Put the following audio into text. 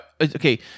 okay